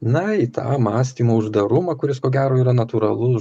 na į tą mąstymo uždarumą kuris ko gero yra natūralus